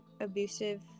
abusive